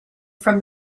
from